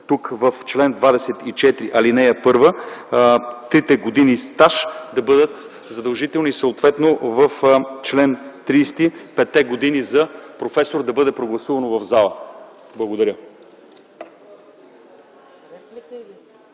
тук в чл. 24, ал. 1 – трите години стаж да бъдат задължителни, съответно в чл. 30 – петте години за професор да бъде прогласувано в зала. Благодаря.